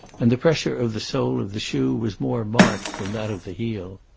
and the pressure of the sole of the shoe was more marked than that of the heel.